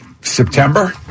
September